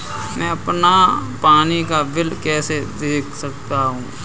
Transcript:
मैं अपना पानी का बिल कैसे देख सकता हूँ?